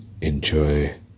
Enjoy